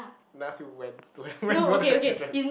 no I ask you when to have when you want to have children